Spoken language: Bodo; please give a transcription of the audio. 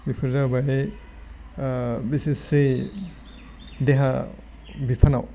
बेफोर जाबाय देहा बिफानाव